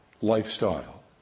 lifestyle